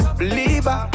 believer